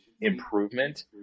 improvement